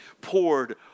poured